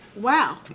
Wow